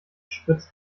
spritzt